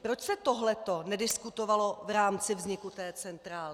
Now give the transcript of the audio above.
Proč se tohleto nediskutovalo v rámci vzniku té centrály?